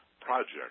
project